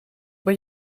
bij